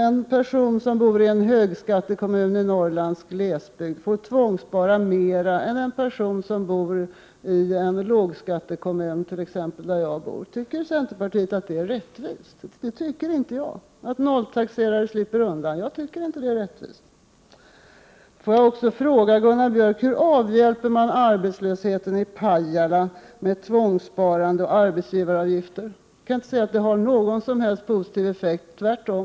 En person som bor i en högskattekommun i Norrlands glesbygd får tvångsspara mer än en person som bor i en lågskattekommun, t.ex. där jag bor. Tycker centerpartiet att det är rättvist? Det tycker inte jag. Att nolltaxerare slipper undan tycker inte jag är rättvist. Får jag också fråga Gunnar Björk: Hur avhjälper man arbetslösheten i Pajala med tvångssparande och arbetsgivaravgifter? Jag kan inte se att det har någon som helst positiv effekt, tvärtom.